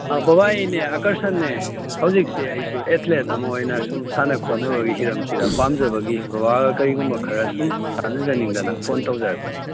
ꯕꯕꯥ ꯑꯩꯅꯦ ꯑꯥꯀꯔꯁꯟꯅꯦ ꯍꯧꯖꯤꯛꯁꯦ ꯑꯩꯁꯨ ꯑꯦꯠꯊ꯭ꯂꯦꯠ ꯑꯃ ꯑꯣꯏꯅ ꯁꯨꯝ ꯁꯥꯟꯅ ꯈꯣꯠꯅꯕꯒꯤ ꯍꯤꯔꯝꯁꯤꯗ ꯄꯥꯝꯖꯕꯒꯤ ꯕꯕꯥꯒ ꯀꯔꯤꯒꯨꯝꯕ ꯈꯔ ꯁꯨꯝ ꯇꯥꯟꯅꯖꯅꯤꯡꯗꯅ ꯐꯣꯟ ꯇꯧꯖꯔꯛꯄꯅꯤ